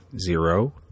zero